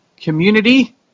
community